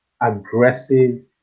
aggressive